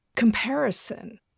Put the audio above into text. comparison